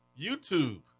YouTube